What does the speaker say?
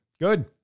good